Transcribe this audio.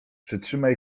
przytrzymaj